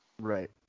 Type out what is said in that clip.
Right